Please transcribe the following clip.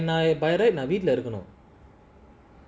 நான்வீட்லஇருக்கணும்:nan veetla irukanum